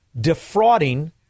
defrauding